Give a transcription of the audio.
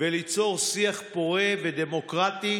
וליצור שיח פורה ודמוקרטי,